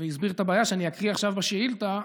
והסביר את הבעיה, שאקריא עכשיו בשאילתה.